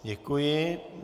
Děkuji.